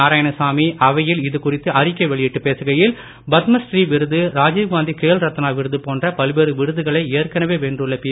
நாராயணசாமி அவையில் இதுகுறித்து அறிக்கை வெளியிட்டு பேசுகையில் பத்மஸ்ரீ விருது ராஜிவ்காந்தி கேல் ரத்னா விருது போன்ற பல்வேறு விருதுகளை ஏற்கனவே வென்றுள்ள பி